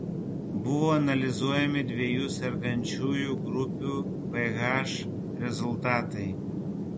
buvo analizuojami dviejų sergančiųjų grupių ph rezultatai